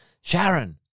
Sharon